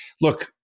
look